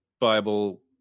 Bible